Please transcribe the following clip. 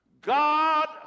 God